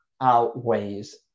outweighs